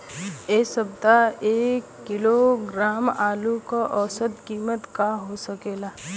एह सप्ताह एक किलोग्राम आलू क औसत कीमत का हो सकेला?